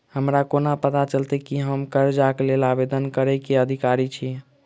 हमरा कोना पता चलतै की हम करजाक लेल आवेदन करै केँ अधिकारी छियै?